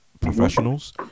professionals